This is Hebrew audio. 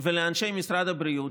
ולאנשי משרד הבריאות,